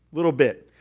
little bit.